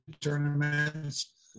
tournaments